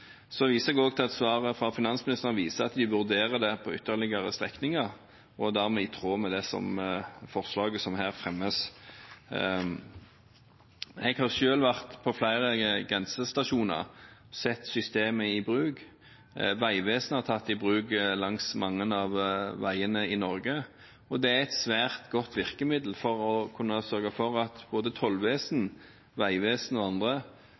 viser også til at svaret fra finansministeren viser at vi vurderer det på ytterligere strekninger, og det er dermed i tråd med det forslaget som her fremmes. Jeg har selv vært på flere grensestasjoner og sett systemet i bruk. Vegvesenet har tatt det i bruk langs mange av veiene i Norge, og det er et svært godt virkemiddel for å kunne sørge for at både tollvesen, vegvesen og andre